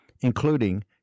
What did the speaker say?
including